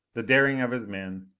the daring of his men.